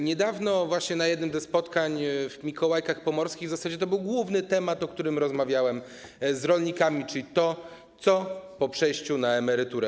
Niedawno na jednym ze spotkań w Mikołajkach Pomorskich w zasadzie to był główny temat, o którym rozmawiałem z rolnikami, czyli co po przejściu na emeryturę.